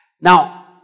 Now